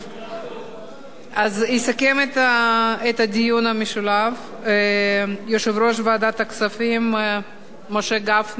יסכם את הדיון המשולב יושב-ראש ועדת הכספים משה גפני.